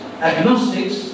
agnostics